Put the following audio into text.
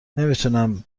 نمیتونم